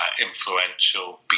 influential